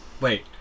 Wait